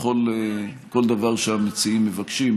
לכל דבר שהמציעים מבקשים,